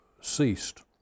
ceased